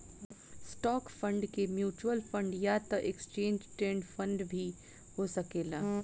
stock fund के mutual fund या त एक्सचेंज ट्रेड फंड भी हो सकेला